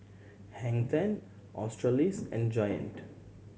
Hang Ten Australis and Giant